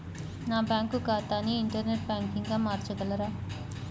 నా బ్యాంక్ ఖాతాని ఇంటర్నెట్ బ్యాంకింగ్గా మార్చగలరా?